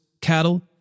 cattle